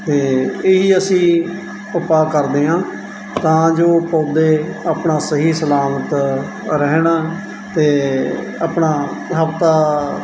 ਅਤੇ ਇਹ ਹੀ ਅਸੀਂ ਉਪਾਅ ਕਰਦੇ ਹਾਂ ਤਾਂ ਜੋ ਪੌਦੇ ਆਪਣਾ ਸਹੀ ਸਲਾਮਤ ਰਹਿਣ ਅਤੇ ਆਪਣਾ ਹਫ਼ਤਾ